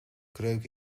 kreuk